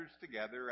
together